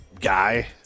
guy